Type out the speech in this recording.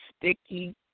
sticky